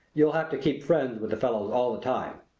you'll have to keep friends with the fellows all the time.